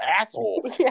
asshole